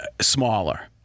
smaller